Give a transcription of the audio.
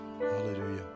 hallelujah